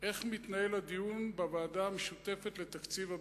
איך מתנהל הדיון בוועדה המשותפת לתקציב הביטחון.